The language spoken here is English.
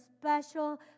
special